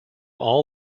all